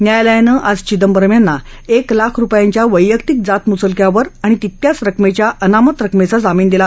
न्यायालयानं आज चिदंबरम यांना एक लाख रुपयांच्या वैयतिक जात मुचलक्यावर आणि तितक्याच रकमध्या अनामत रकमध्या जामीन दिला